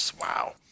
Wow